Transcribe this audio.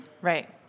Right